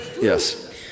Yes